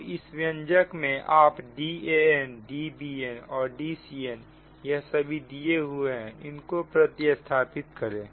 अब इस व्यंजक में आप DanDbnऔर Dcn यह सभी दिए हुए हैं इनको प्रतिस्थापित करें